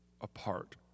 apart